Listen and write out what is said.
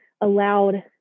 allowed